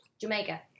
Jamaica